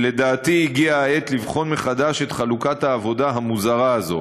שלדעתי הגיעה העת לבחון מחדש את חלוקת העבודה המוזרה הזאת,